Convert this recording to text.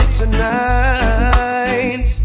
tonight